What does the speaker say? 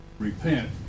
repent